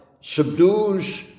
subdues